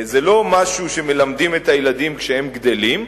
זה לא משהו שמלמדים את הילדים כשהם גדלים,